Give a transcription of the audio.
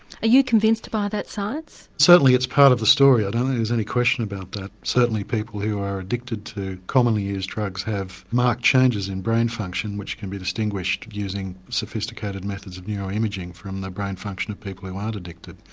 you convinced by that science? certainly it's part of the story, i don't think there's any question about that. certainly people who are addicted to commonly used drugs have marked changes in brain function which can be distinguished using sophisticated methods of neuro imaging from the brain function of people who aren't addicted.